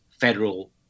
federal